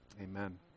Amen